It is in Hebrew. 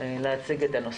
להציג את הנושא.